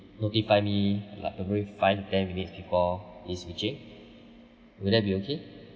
notify me like a brief five ten minutes before his reaching will that be okay